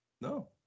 no